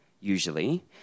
usually